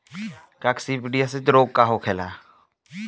काकसिडियासित रोग का होखेला?